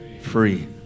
free